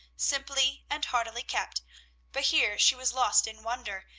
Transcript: simply and heartily kept but here she was lost in wonder,